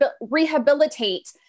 rehabilitate